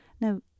now